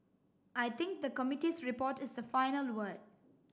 I think the committee's report is the final word